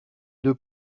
deux